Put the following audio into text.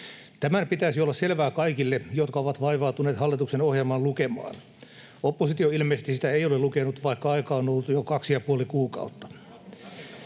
Tämän pitäisi olla selvää kaikille, jotka ovat vaivautuneet hallituksen ohjelman lukemaan. Oppositio ilmeisesti sitä ei ole lukenut, vaikka aikaa on ollut jo kaksi ja puoli kuukautta.